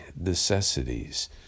necessities